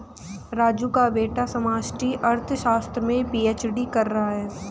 राजू का बेटा समष्टि अर्थशास्त्र में पी.एच.डी कर रहा है